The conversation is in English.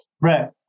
Right